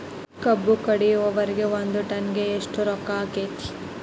ಕಬ್ಬು ಕಡಿಯುವರಿಗೆ ಒಂದ್ ಟನ್ ಗೆ ಎಷ್ಟ್ ರೊಕ್ಕ ಆಕ್ಕೆತಿ?